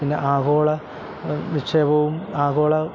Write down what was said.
പിന്നെ ആഗോള നിക്ഷേപവും ആഗോള